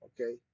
Okay